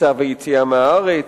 בכניסה ויציאה מהארץ,